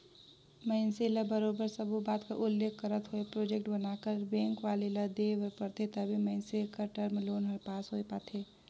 मइनसे ल बरोबर सब्बो बात कर उल्लेख करत होय प्रोजेक्ट बनाकर बेंक वाले ल देय बर परथे तबे मइनसे कर टर्म लोन हर पास होए पाथे